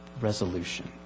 resolution